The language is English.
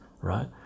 right